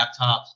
laptops